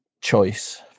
choice